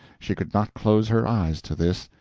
she could not close her eyes to this,